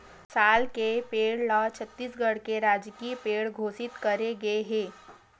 साल के पेड़ ल छत्तीसगढ़ के राजकीय पेड़ घोसित करे गे हे